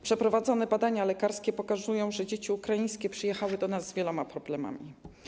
Przeprowadzone badania lekarskie pokazują, że dzieci ukraińskie przyjechały do nas z wieloma problemami.